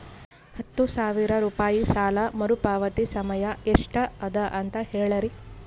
ಹತ್ತು ಸಾವಿರ ರೂಪಾಯಿ ಸಾಲ ಮರುಪಾವತಿ ಸಮಯ ಎಷ್ಟ ಅದ ಅಂತ ಹೇಳರಿ?